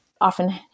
often